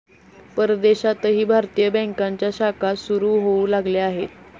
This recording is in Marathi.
परदेशातही भारतीय बँकांच्या शाखा सुरू होऊ लागल्या आहेत